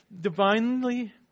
divinely